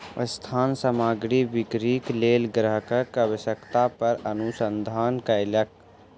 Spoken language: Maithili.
संस्थान सामग्री बिक्रीक लेल ग्राहकक आवश्यकता पर अनुसंधान कयलक